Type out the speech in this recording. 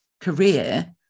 career